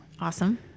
awesome